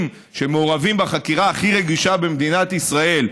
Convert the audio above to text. שמעורבים בחקירה הכי רגישה במדינת ישראל,